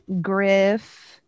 Griff